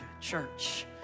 church